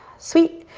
sweet!